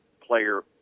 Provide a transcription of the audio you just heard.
player